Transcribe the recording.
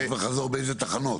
הלוך וחזור באיזה תחנות?